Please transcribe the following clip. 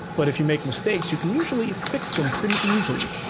but if you make mistakes, you can usually fix them pretty easily.